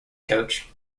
coach